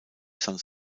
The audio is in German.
saint